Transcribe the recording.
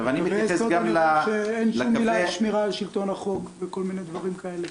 בקווי היסוד אין שום מילה על שמירה על שלטון החוק וכל מיני דברים כאלה,